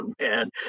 Man